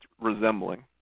resembling